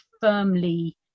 firmly